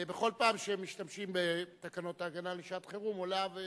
בכל פעם שמשתמשים בתקנות ההגנה לשעת-חירום, עולה,